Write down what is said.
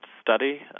study